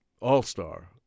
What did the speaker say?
all-star